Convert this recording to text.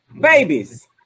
Babies